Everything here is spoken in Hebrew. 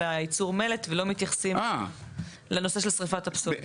הייצור מלט ולא מתייחסים לנושא של שריפת הפסולת?